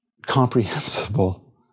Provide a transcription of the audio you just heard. Comprehensible